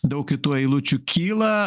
daug kitų eilučių kyla